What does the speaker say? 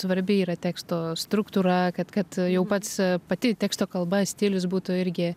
svarbi yra teksto struktūra kad kad jau pats pati teksto kalba stilius būtų irgi